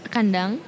Kandang